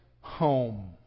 home